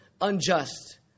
unjust